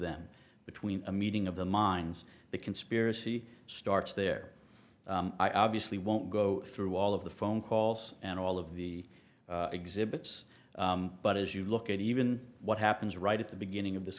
them between a meeting of the minds the conspiracy starts there i obviously won't go through all of the phone calls and all of the exhibits but as you look at even what happens right at the beginning of this